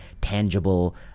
tangible